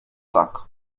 tak